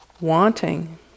wanting